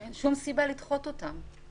שאין שום סיבה לדחות אותם.